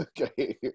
okay